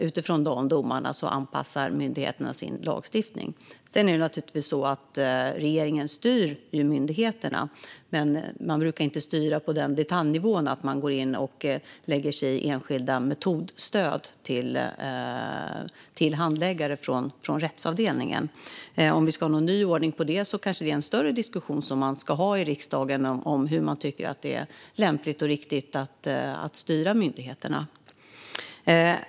Utifrån dessa domar anpassar myndigheterna sin lagstiftning. Sedan är det naturligtvis så att regeringen styr myndigheterna, men man brukar inte styra på så detaljerad nivå att man går in och lägger sig i enskilda metodstöd till handläggare på rättsavdelningen. Om vi ska ha en ny ordning för detta kanske vi ska ha en större diskussion i riksdagen om hur man tycker att det är lämpligt och riktigt att styra myndigheterna.